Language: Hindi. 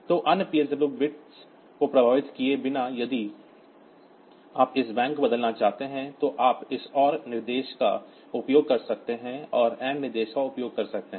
तो अन्य PSW बिट्स को प्रभावित किए बिना इसलिए यदि आप इस बैंक को बदलना चाहते हैं तो आप इस OR निर्देश का उपयोग कर सकते हैं या AND निर्देश का उपयोग कर सकते हैं